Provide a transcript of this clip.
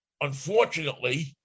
unfortunately